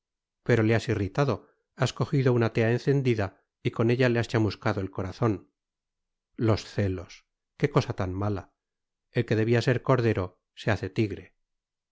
pero le has irritado has cogido una tea encendida y con ella le has chamuscado el corazón los celos qué cosa tan mala el que debía ser cordero se te hace tigre